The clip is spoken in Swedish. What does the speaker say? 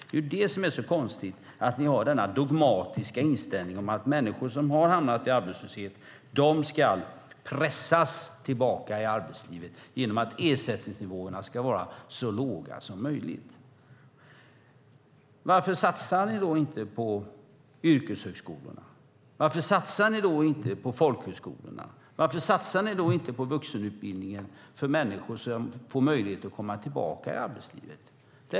Det är det som är så konstigt, att ni har denna dogmatiska inställning att människor som har hamnat i arbetslöshet ska pressas tillbaka i arbetslivet genom att ersättningsnivåerna ska vara så låga som möjligt. Varför satsar ni då inte på yrkeshögskolorna? Varför satsar ni då inte på folkhögskolorna? Varför satsar ni då inte på vuxenutbildningen för människor så att de får möjlighet att komma tillbaka i arbetslivet?